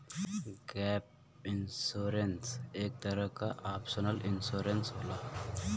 gap insurance एक तरे क ऑप्शनल इंश्योरेंस होला